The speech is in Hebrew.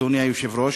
אדוני היושב-ראש.